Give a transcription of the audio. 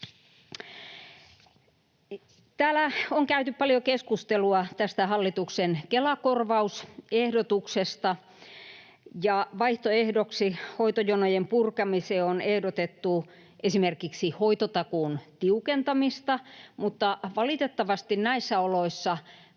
Täällä on käyty paljon keskustelua tästä hallituksen Kela-korvausehdotuksesta, ja vaihtoehdoksi hoitojonojen purkamiseen on ehdotettu esimerkiksi hoitotakuun tiukentamista, mutta valitettavasti näissä oloissa